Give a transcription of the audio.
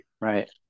right